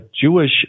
Jewish